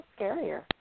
scarier